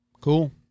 Cool